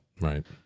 Right